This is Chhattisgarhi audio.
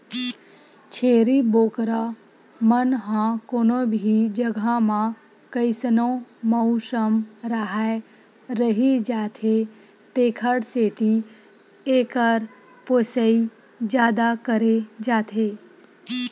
छेरी बोकरा मन ह कोनो भी जघा म कइसनो मउसम राहय रहि जाथे तेखर सेती एकर पोसई जादा करे जाथे